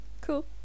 Cool